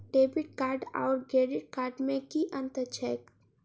Debit card आओर credit card मे की अन्तर छैक?